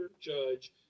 judge